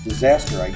Disaster